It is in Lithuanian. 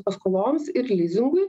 paskoloms ir lizingui